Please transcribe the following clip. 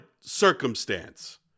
circumstance